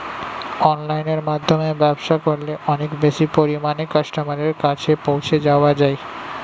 অনলাইনের মাধ্যমে ব্যবসা করলে অনেক বেশি পরিমাণে কাস্টমারের কাছে পৌঁছে যাওয়া যায়?